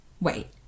wait